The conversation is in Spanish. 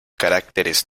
caracteres